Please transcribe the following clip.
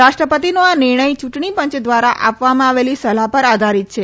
રાષ્ટ્રપતિનો આ નિર્ણય ચૂંટણી પંચ દ્વારા આપવામાં આવેલી સલાહ પર આધારિત છે